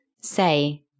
say